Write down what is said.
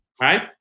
right